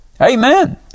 Amen